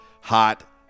Hot